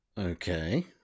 okay